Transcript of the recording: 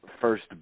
first